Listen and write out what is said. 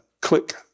click